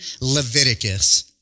Leviticus